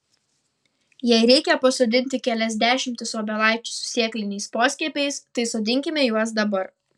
jei reikia pasodinti kelias dešimtis obelaičių su sėkliniais poskiepiais tai sodinkime juos dabar